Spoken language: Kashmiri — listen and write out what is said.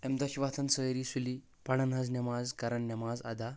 امہِ دۄہ چھِ وتھان سٲری سُلی پران حظ نٮ۪ماز کران نٮ۪ماز ادا